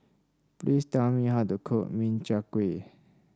please tell me how to cook Min Chiang Kueh